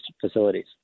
facilities